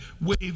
Wave